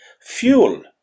fuel